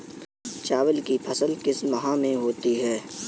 चावल की फसल किस माह में होती है?